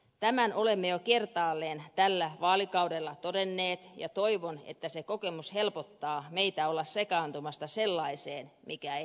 tämän olemme jo kertaalleen tällä vaalikaudella todenneet ja toivon että se kokemus helpottaa meitä olemaan sekaantumatta sellaiseen mikä ei meille kuulu